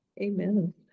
Amen